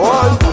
one